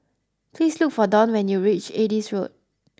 please look for Donn when you reach Adis Road